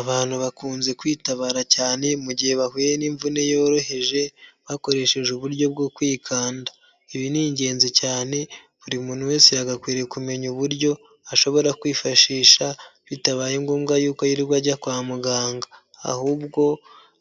Abantu bakunze kwitabara cyane, mu gihe bahuye n'imvune yoroheje, bakoresheje uburyo bwo kwikanda. Ibi ni ingenzi cyane, buri muntu wese yagakwiriye kumenya uburyo ashobora kwifashisha bitabaye ngombwa yuko yirirwa ajya kwa muganga, ahubwo